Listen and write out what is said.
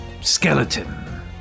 skeleton